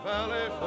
Valley